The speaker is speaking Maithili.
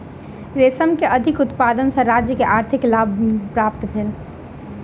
रेशम के अधिक उत्पादन सॅ राज्य के आर्थिक लाभ प्राप्त भेल